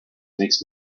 makes